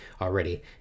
already